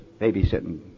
babysitting